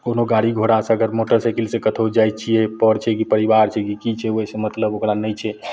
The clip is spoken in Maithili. कोनो गाड़ी घोड़ासे अगर मोटरसाइकिलसे कतहु जाइ छिए पर छै कि परिवार छै कि छै ओहिसे मतलब ओकरा नहि छै